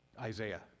Isaiah